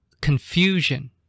confusion